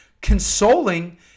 consoling